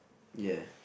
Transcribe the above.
ya